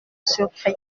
surpris